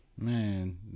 Man